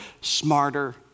smarter